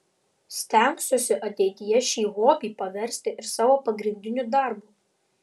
stengsiuosi ateityje šį hobį paversi ir savo pagrindiniu darbu